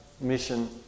mission